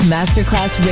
Masterclass